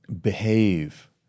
behave